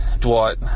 Dwight